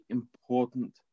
important